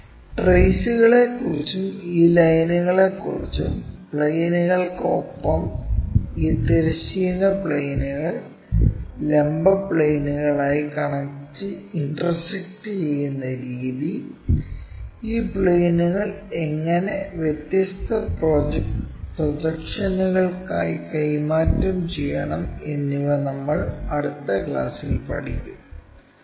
ട്രെയ്സുകളെക്കുറിച്ചും ഈ ലൈനുകളെക്കുറിച്ചും പ്ലെയിനുകൾയ്ക്ക് ഒപ്പം ഈ തിരശ്ചീന പ്ലെയിനുകൾ ലംബ പ്ലെയിനുകൾ ആയി ഇന്റർസെക്ക്ട് ചെയ്യുന്ന രീതി ഈ പ്ലെയിനുകൾ എങ്ങനെ വ്യത്യസ്ത പ്രൊജക്ഷനുകൾക്കായി കൈമാറ്റം ചെയ്യണം എന്നിവ നമ്മൾ അടുത്ത ക്ലാസ്സിൽ പഠിക്കും